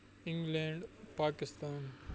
England Pakistan